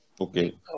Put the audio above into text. Okay